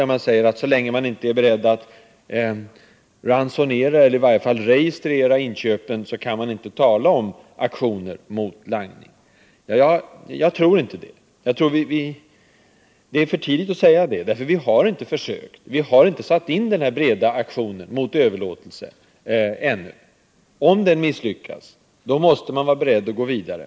Dagens Nyheter har sagt, att så länge man inte är beredd att ransonera eller i varje fall registrera inköpen kan man inte tala om en aktion mot langning. Jag tror dock att det är för tidigt att uttala sig så, eftersom vi ännu inte har satt in den här breda aktionen mot överlåtelse. Om den misslyckas, måste man vara beredd att gå vidare.